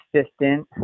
assistant